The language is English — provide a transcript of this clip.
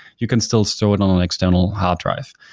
you can still store it on an external hard drive.